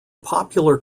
popular